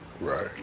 Right